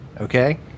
okay